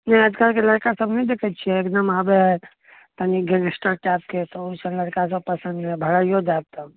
नहि आजकलके लड़का सब नहि देखैत छियै एकदम आबैत है कनी गैंगेस्टर टाइपके तऽ ओइसन लड़का सब पसंद नहि भगैयौ देब तब